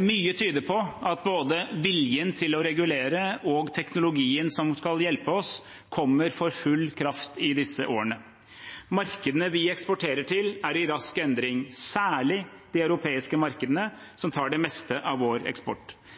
Mye tyder på at både viljen til å regulere og teknologien som skal hjelpe oss, kommer for full kraft i disse årene. Markedene vi eksporterer til, er i rask endring, særlig de europeiske markedene, som tar det meste av vår eksport.